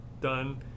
done